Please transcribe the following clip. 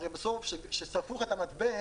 הרי בסוף כששרפו לך את המתבן,